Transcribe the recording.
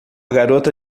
garota